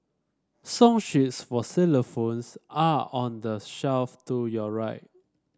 song sheets for xylophones are on the shelf to your right